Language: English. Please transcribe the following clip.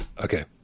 okay